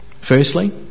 Firstly